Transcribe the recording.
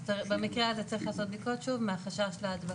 במקרה הזה צריך לעשות בדיקות שוב מהחשש להדבקה.